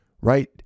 right